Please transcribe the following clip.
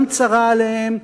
גם צרה עליהם,